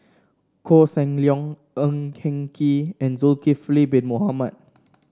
Koh Seng Leong Ng Eng Kee and Zulkifli Bin Mohamed